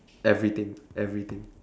everything everything